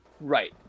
right